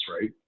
right